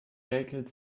räkelt